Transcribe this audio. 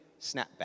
snapback